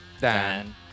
Dan